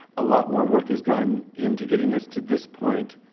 a lot more work as gone into getting us to this point,